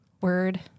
Word